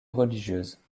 religieuses